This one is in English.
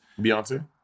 Beyonce